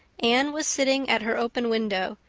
anne was sitting at her open window,